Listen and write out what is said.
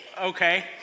Okay